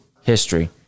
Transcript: history